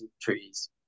trees